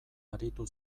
aritu